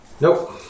Nope